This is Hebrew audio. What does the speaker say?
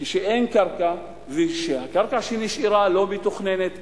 כשאין קרקע וכשהקרקע שנשארה לא מתוכננת,